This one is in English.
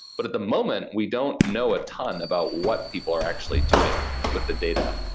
but at the moment, we don't know a ton about what people are actually doing with the data.